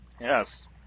Yes